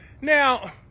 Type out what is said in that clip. Now